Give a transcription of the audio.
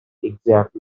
exact